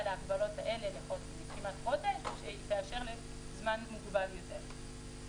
להגבלות האלה למשך חודש והיא תאשר זמן מוגבל יותר.